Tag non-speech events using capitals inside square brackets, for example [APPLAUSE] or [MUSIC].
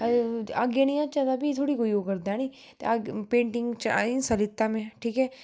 अग्गे निं [UNINTELLIGIBLE] फ्ही थोह्ड़ी कोई ओह् करदा ऐनी ते अग्गै पेटिंग च आए हिस्सा लैता में ठीक ऐ